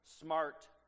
smart